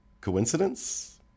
Coincidence